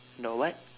the what